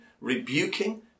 rebuking